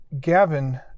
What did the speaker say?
Gavin